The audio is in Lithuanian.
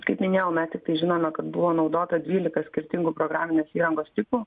kaip minėjau mes tiktai žinome kad buvo naudota dvylika skirtingų programinės įrangos tipų